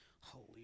Holy